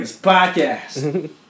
podcast